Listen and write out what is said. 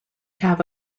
have